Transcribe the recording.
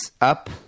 up